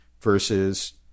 versus